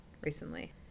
recently